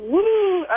Woo